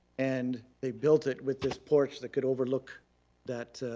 and they built it with this porch that could overlook that